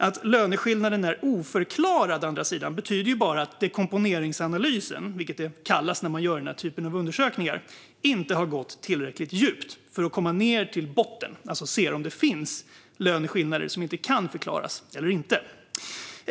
Att löneskillnaden är oförklarad betyder däremot bara att dekomponeringsanalysen, som denna typ av undersökning kallas, inte har gått tillräckligt djupt för att komma till botten och se om det finns löneskillnader som inte kan förklaras eller inte.